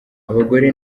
abagore